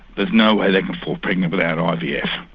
there's no way they can fall pregnant without ivf.